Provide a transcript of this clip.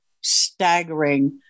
staggering